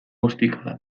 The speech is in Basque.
ostikada